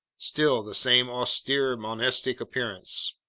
still the same austere, monastic appearance.